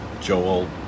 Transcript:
Joel